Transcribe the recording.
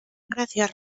gracias